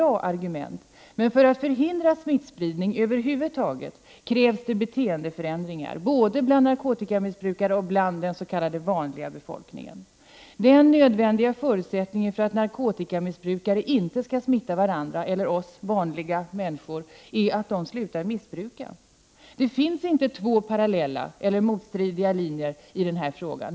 1988/89:42 förhindra smittspridning, över huvud taget, krävs det beteendeförändringar, 9 december 1988 både bland narkotikamissbrukarna och bland den s.k. vanliga befolkningen. R Den nödvändiga förutsättningen för att narkotikamissbrukare inte skall Om defriasprutorna smitta varandra eller oss ”vanliga” människor är att de slutar missbruka. tillnarkomaner Det finns inte två parallella eller motstridiga linjer i den här frågan.